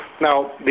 Now